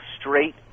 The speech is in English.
straight